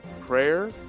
Prayer